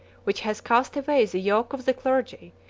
which has cast away the yoke of the clergy,